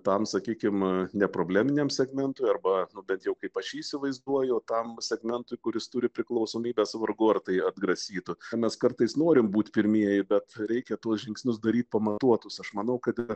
tam sakykim neprobleminiam segmentui arba bent jau kaip aš jį įsivaizduoju tam segmentui kuris turi priklausomybes vargu ar tai atgrasytų mes kartais norim būt pirmieji bet reikia tuos žingsnius daryt pamatuotus aš manau kad ir